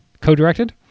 co-directed